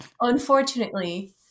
Unfortunately